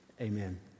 amen